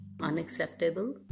unacceptable